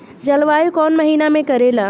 जलवायु कौन महीना में करेला?